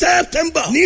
September